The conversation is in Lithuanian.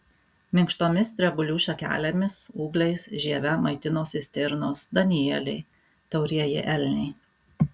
minkštomis drebulių šakelėmis ūgliais žieve maitinasi stirnos danieliai taurieji elniai